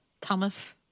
Thomas